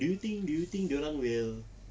do you think do you think dorang will